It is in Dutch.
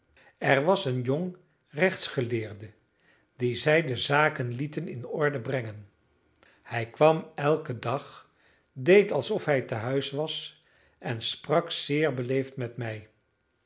er was een jong rechtsgeleerde dien zij de zaken lieten in orde brengen hij kwam elken dag deed alsof hij tehuis was en sprak zeer beleefd met mij